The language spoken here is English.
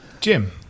Jim